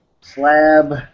Slab